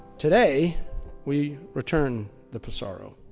today we return the pissarro,